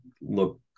look